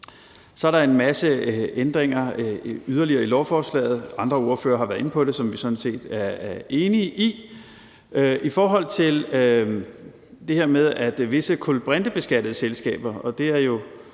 yderligere en masse ændringer i lovforslaget – andre ordførere har været inde på det – som vi sådan set er enige i. I forhold til det her med visse kulbrintebeskattede selskaber – og det er jo